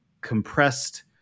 compressed